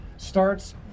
starts